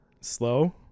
slow